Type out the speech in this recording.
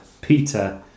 Peter